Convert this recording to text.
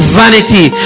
vanity